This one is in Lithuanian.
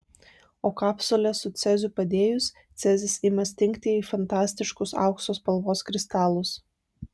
o kapsulę su ceziu padėjus cezis ima stingti į fantastiškus aukso spalvos kristalus